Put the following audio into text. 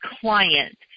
client